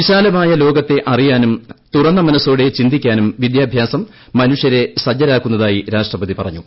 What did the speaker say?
വിശാലമായ ലോകത്തെ അറിയാനും തൂറ്റന്റുമനസ്സോടെ ചിന്തിക്കാനും വിദ്യാഭ്യാസം മനുഷ്യർക്ക് സ്ജ്ജരാക്കുന്നതായി രാഷ്ട്രപതി പറഞ്ഞു